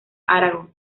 aragón